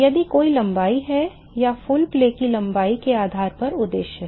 यदि कोई लंबाई है या फुल प्ले की लंबाई के आधार पर उद्देश्य है